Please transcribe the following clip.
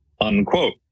unquote